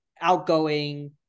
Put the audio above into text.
outgoing